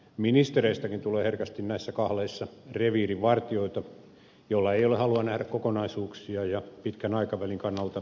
ministereistäkin tulee herkästi näissä kahleissa reviirin vartijoita joilla ei ole halua nähdä kokonaisuuksia ja pitkän aikavälin kannalta oikeita ratkaisuja